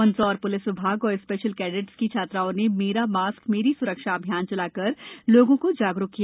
Mandsaur police विभाग और special cadets की छात्राओं ने मेरा मास्क मेरी स्रक्षा अभियान चलाकर लोगों को जागरूक किया